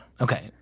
Okay